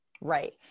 Right